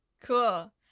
cool